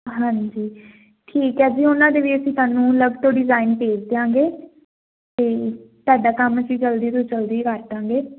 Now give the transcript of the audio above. ਹਾਂਜੀ ਠੀਕ ਹੈ ਜੀ ਉਹਨਾਂ ਦੇ ਵੀ ਅਸੀਂ ਤੁਹਾਨੂੰ ਅਲੱਗ ਤੋਂ ਡਿਜ਼ਇਨ ਭੇਜ ਦਿਆਂਗੇ ਅਤੇ ਤੁਹਾਡਾ ਕੰਮ ਅਸੀਂ ਜਲਦੀ ਤੋਂ ਜਲਦੀ ਕਰਦਾਂਗੇ